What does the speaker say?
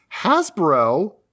Hasbro